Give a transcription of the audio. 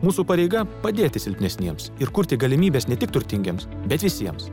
mūsų pareiga padėti silpnesniems ir kurti galimybes ne tik turtingiems bet visiems